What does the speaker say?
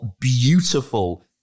beautiful